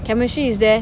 chemistry is there